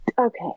okay